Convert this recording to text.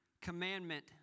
commandment